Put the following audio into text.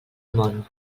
món